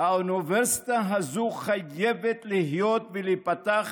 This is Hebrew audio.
האוניברסיטה הזו חייבת להיות ולהיפתח